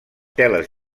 teles